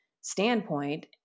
standpoint